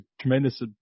tremendous